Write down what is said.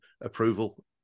approval